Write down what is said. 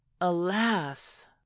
alas